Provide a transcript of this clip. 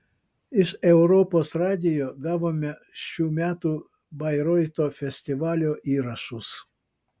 iš europos radijo gavome šių metų bairoito festivalio įrašus